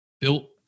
built